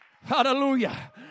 Hallelujah